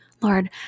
Lord